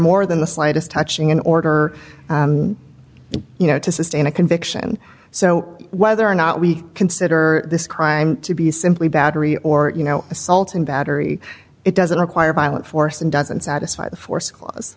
more than the slightest touching in order you know to sustain a conviction so whether or not we consider this crime to be simply battery or you know assault and battery it doesn't require violent force and doesn't satisfy the force cla